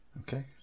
Okay